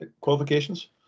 qualifications